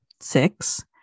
six